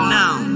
now